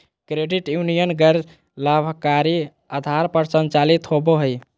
credit union गैर लाभकारी आधार पर संचालित होबो हइ